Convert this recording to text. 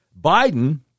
Biden